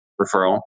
referral